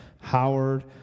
Howard